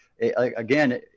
again